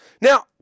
Now